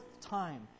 time